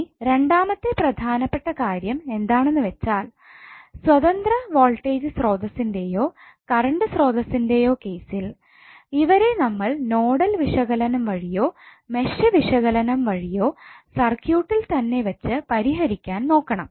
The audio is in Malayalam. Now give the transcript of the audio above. ഇനി രണ്ടാമത്തെ പ്രധാനപ്പെട്ട കാര്യം എന്താണെന്ന് വെച്ചാൽ സ്വതന്ത്ര വോൾട്ടേജ് സ്രോതസ്സ്ന്റെയോ കറണ്ട് സ്രോതസ്സ്ന്റെയോ കേസിൽ ഇവരെ നമ്മൾ നോഡൽ വിശകലനം വഴിയോ മെഷ് വിശകലനം വഴിയോ സർക്യൂട്ടിൽ തന്നെ വെച്ച് പരിഹരിക്കാൻ നോക്കണം